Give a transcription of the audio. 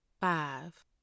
Five